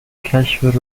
کشف